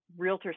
realtors